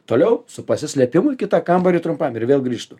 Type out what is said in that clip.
toliau su pasislėpimu į kitą kambarį trumpam ir vėl grįžtu